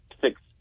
six